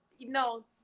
no